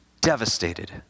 devastated